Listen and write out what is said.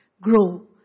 grow